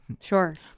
Sure